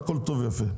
הכול טוב ויפה.